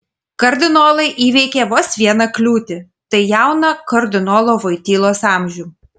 kardinolai įveikė vos vieną kliūtį tai jauną kardinolo voitylos amžių